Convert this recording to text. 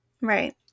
Right